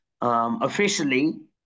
Officially